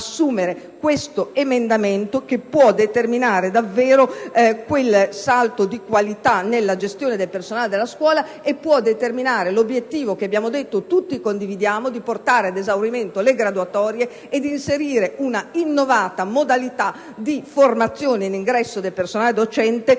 1.27, che può determinare davvero quel salto di qualità nella gestione del personale della scuola e può permettere di conseguire l'obiettivo, che tutti condividiamo, di portare ad esaurimento le graduatorie e di inserire un'innovata modalità di formazione in ingresso del personale docente